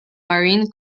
marine